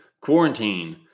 quarantine